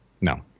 No